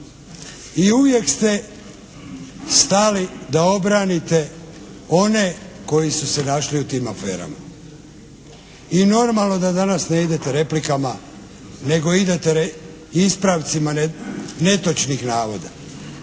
I uvijek ste stali da obranite one koji su se našli u tim aferama i normalno da danas ne idete replikama, nego idete ispravcima netočnih navoda,